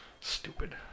Stupid